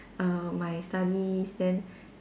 err my studies then